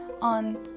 on